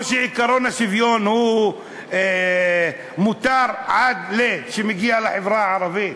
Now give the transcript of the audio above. או שעקרון השוויון הוא מותר עד שזה מגיע לחברה הערבית?